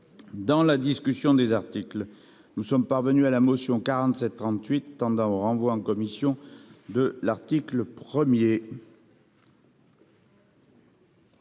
Dans la discussion des articles, nous sommes parvenus à la motion n° 4738 tendant au renvoi en commission de l'article 1.